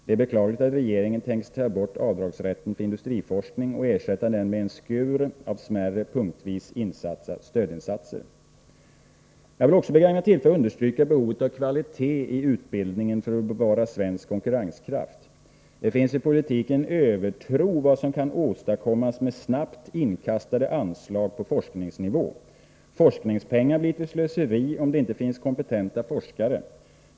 Det är beklagligt att regeringen tänker sig att ta bort rätten till avdrag för industriforskning och ersätta den med en skur av smärre, punktvis insatta, stödinsatser. Jag vill också begagna tillfället att understryka behovet av kvalitet i utbildningen för att bevara svensk konkurrenskraft. Det finns i politiken en övertro till vad som kan åstadkommas med snabbt inkastade anslag på forskningsnivå. Forskningspengar blir till slöseri om det inte finns kompetenta forskare.